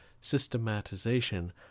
systematization